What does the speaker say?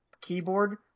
keyboard